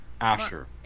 Asher